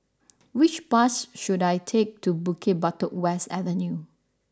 which bus should I take to Bukit Batok West Avenue